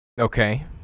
Okay